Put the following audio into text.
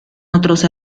otros